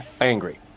angry